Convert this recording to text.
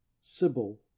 sybil